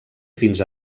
fins